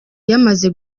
yamaze